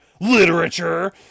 Literature